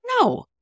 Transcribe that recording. No